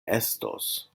estos